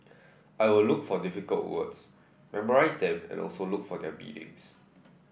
I will look for difficult words memorise them and also look for their meanings